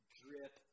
drip